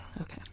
Okay